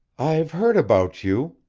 i've heard about you,